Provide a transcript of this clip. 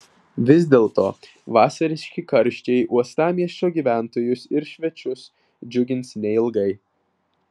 vis dėlto vasariški karščiai uostamiesčio gyventojus ir svečius džiugins neilgai